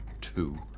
two